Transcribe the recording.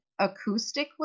acoustically